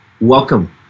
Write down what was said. welcome